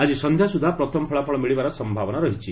ଆଜି ସଂଧ୍ୟା ସୁଦ୍ଧା ପ୍ରଥମ ଫଳାଫଳ ମିଳିବାର ସମ୍ଭାବନା ରହିଛି